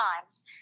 times